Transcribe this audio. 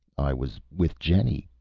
i was with jenny,